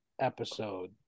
episode